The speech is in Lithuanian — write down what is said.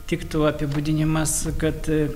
tiktų apibūdinimas kad